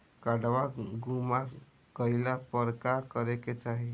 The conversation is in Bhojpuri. काडवा गुमा गइला पर का करेके चाहीं?